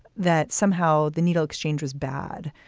that somehow the needle exchange was bad.